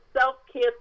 self-care